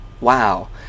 Wow